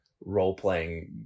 role-playing